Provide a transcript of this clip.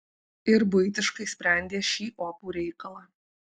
ir buitiškai sprendė šį opų reikalą